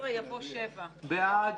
הצבעה בעד,